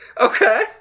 Okay